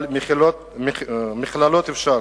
אבל מכללות, אפשר.